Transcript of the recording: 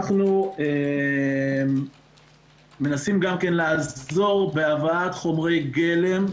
אנחנו מנסים גם לעזור בהבאת חומר גלם,